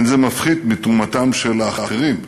אין זה מפחית מתרומתם של האחרים,